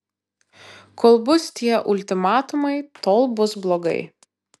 kol bus tie ultimatumai tol bus blogai